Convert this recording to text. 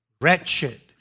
wretched